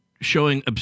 showing